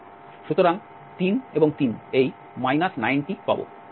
সুতরাং 3 এবং 3 এই 9t পাব